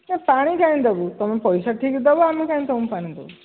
ନା ପାଣି କାହିଁକି ଦେବୁ ତୁମେ ପଇସା ଠିକ୍ ଦେବ ଆମେ କାଇଁ ତୁମକୁ ପାଣି ଦେବୁ